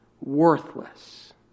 worthless